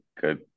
good